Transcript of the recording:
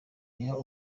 iyo